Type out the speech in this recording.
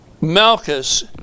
Malchus